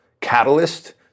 catalyst